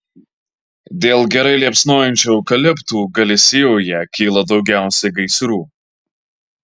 dėl gerai liepsnojančių eukaliptų galisijoje kyla daugiausiai gaisrų